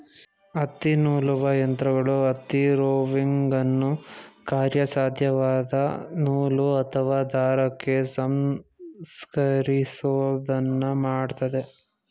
ಹತ್ತಿನೂಲುವ ಯಂತ್ರಗಳು ಹತ್ತಿ ರೋವಿಂಗನ್ನು ಕಾರ್ಯಸಾಧ್ಯವಾದ ನೂಲು ಅಥವಾ ದಾರಕ್ಕೆ ಸಂಸ್ಕರಿಸೋದನ್ನ ಮಾಡ್ತದೆ